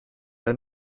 ein